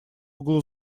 углу